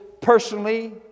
personally